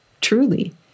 truly